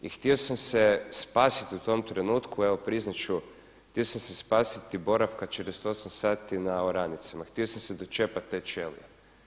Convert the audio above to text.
I htio sam se spasiti u tom trenutku evo priznat ću, htio sam se spasiti boravka 48 sati na Oranicama, htio sam se dočepati te ćelije.